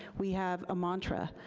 we have a mantra,